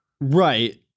Right